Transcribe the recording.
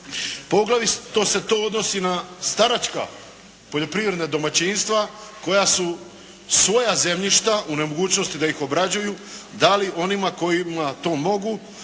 Poglavito se to odnosi na staračka poljoprivredna domaćinstva koja su svoja zemljišta, u nemogućnosti da ih obrađuju, dali onima koji to mogu,